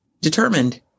determined